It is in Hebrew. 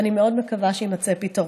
ואני מאוד מקווה שיימצא פתרון.